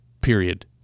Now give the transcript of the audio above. period